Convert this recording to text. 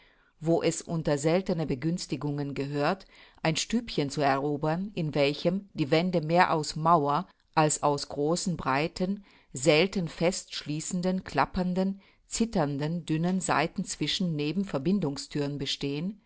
wo es unter seltene begünstigungen gehört ein stübchen zu erobern in welchem die wände mehr aus mauer als aus großen breiten selten fest schließenden klappernden zitternden dünnen seiten zwischen neben verbindungsthüren bestehen